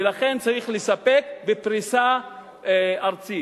לכן צריך לספק בפריסה ארצית.